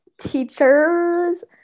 teachers